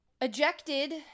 ejected